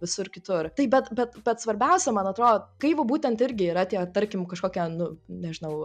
visur kitur bet bet bet svarbiausia man atrodo kaip būtent irgi yra tie tarkim kažkokie nu nežinau